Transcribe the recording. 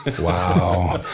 Wow